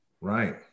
Right